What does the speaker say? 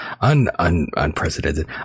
Unprecedented